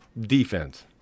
Defense